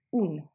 un